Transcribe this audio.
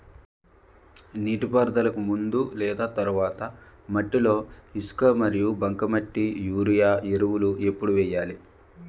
నీటిపారుదలకి ముందు లేదా తర్వాత మట్టిలో ఇసుక మరియు బంకమట్టి యూరియా ఎరువులు ఎప్పుడు వేయాలి?